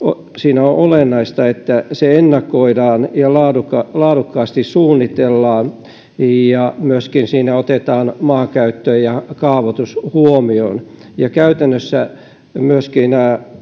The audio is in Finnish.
on olennaista että se ennakoidaan ja laadukkaasti suunnitellaan ja siinä otetaan myöskin maakäyttö ja kaavoitus huomioon käytännössä